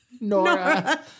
Nora